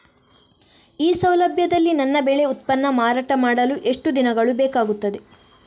ಈ ಸೌಲಭ್ಯದಲ್ಲಿ ನನ್ನ ಬೆಳೆ ಉತ್ಪನ್ನ ಮಾರಾಟ ಮಾಡಲು ಎಷ್ಟು ದಿನಗಳು ಬೇಕಾಗುತ್ತದೆ?